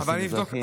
נושא אזרחי.